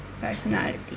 personality